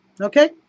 Okay